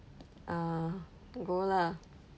ah go lah